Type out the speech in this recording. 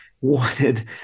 wanted